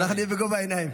אנחנו נהיה בגובה העיניים.